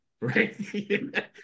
right